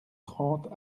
trente